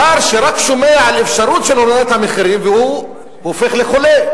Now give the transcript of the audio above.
שר שרק שומע על אפשרות של הורדת המחירים הופך לחולה.